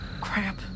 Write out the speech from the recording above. Crap